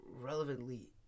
relevantly